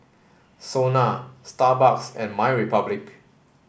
SONA Starbucks and MyRepublic